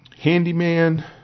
handyman